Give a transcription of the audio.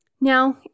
Now